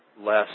less